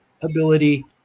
ability